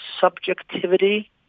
subjectivity